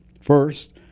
first